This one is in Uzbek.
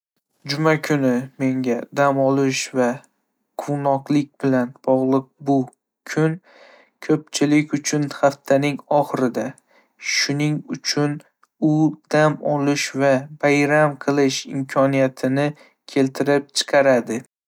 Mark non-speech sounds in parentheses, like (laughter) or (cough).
Juma kuni menga dam olish va quvnoqlik bilan bog'liq. Bu kun ko'pchilik uchun haftaning oxirida, shuning uchun u dam olish va bayram qilish imkoniyatini keltirib. (unintelligible)